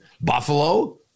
Buffalo